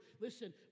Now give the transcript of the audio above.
Listen